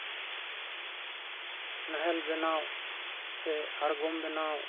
ᱱᱟᱦᱮᱞ ᱵᱮᱱᱟᱣ ᱥᱮ ᱟᱬᱜᱚᱢ ᱵᱮᱱᱟᱣ